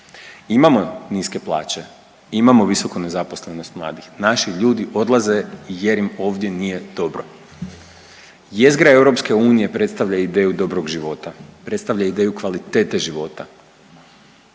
imamo niske plaće, imamo visoku nezaposlenost mladih, naši ljudi odlaze jer im ovdje nije dobro. Jezgra EU predstavlja ideju dobrog života, predstavlja ideju kvalitete života